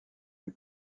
les